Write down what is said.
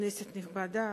כנסת נכבדה,